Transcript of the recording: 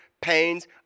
pains